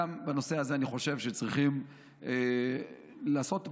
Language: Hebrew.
גם בנושא הזה אני חושב שצריכים לעשות בדיקה,